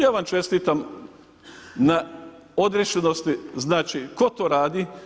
Ja vam čestitam na odrešitosti, znači tko to radi?